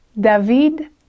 David